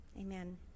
Amen